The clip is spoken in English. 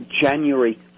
January